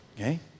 Okay